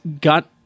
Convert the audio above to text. got